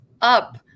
up